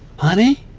honey,